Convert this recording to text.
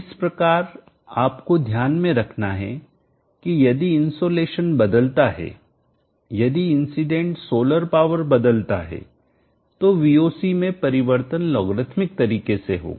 इस प्रकार आप को ध्यान में रखना है कि यदि इनसोलेशन बदलता है यदि इंसीडेंट सोलर पावर बदलता है तो Voc में परिवर्तन लोगरिथमिक तरीके से होगा